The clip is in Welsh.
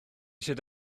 eisiau